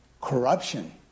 corruption